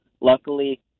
luckily